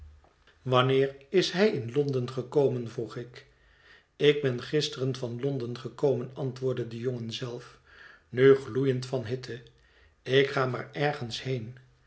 wanneer is hij van londen gekomen vroeg ik ik ben gisteren van londen gekomen antwoordde de jongen zelf nu gloeiend van hitte ik ga maar ergens heen